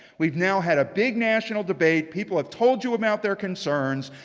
we've now had a big national debate. people have told you about their concerns.